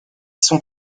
sont